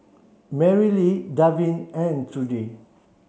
Marylee Davin and Trudie